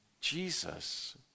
Jesus